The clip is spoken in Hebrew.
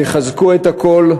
תחזקו את הקול,